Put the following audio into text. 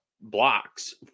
blocks